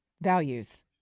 Values